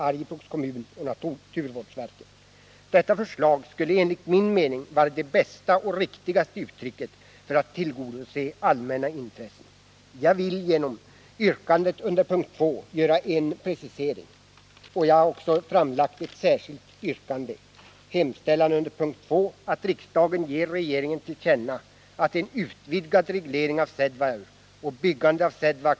Arjeplogs kommun och naturvårdsverket. Detta förslag skulle enligt min mening vara det bästa och riktigaste uttrycket för att tillgodose allmänna intressen. Jag vill framställa ett särskilt yrkande, som innebär en precisering beträffande mom. 2 i betänkandet.